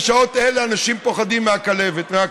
בשעות אלה אנשים פוחדים מהכלבת,